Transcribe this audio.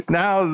now